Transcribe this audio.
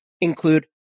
include